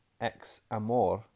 ex-amor